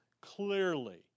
clearly